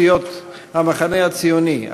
אנחנו נתחיל עם הצעות סיעות המחנה הציוני,